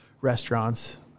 restaurants